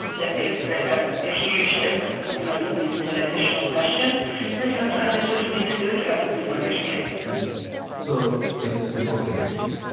that makes ah a huge difference. sometimes it and leads to an additional question and sometimes it just leads to acceptance and understanding so things as simple as a handshake?